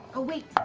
oh wait.